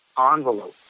envelope